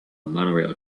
monorail